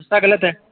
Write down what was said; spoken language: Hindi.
रास्ता गलत है